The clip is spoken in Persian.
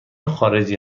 خارجی